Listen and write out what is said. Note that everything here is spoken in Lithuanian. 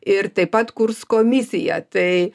ir taip pat kurs komisiją tai